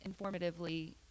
informatively